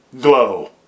glow